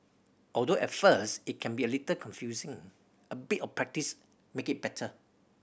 although at first it can be a little confusing a bit of practice make it better